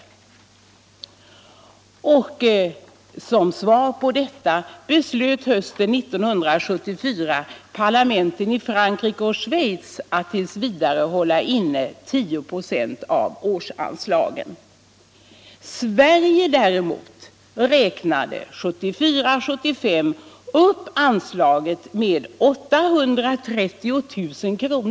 Som svar på detta beslöt hösten 1974 parlamenten i Frankrike och Schweiz att tills vidare hålla inne 10 96 av årsanslagen. Sverige däremot räknade 1974/75 upp anslaget med 830 000 kr.